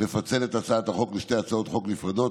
לפצל את הצעת החוק לשתי הצעות חוק נפרדות.